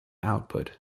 output